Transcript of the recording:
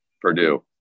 Purdue